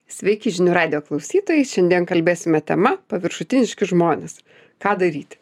sveiki žinių radijo klausytojai šiandien kalbėsime tema paviršutiniški žmonės ką daryti